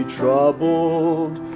troubled